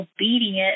obedient